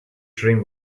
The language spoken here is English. dream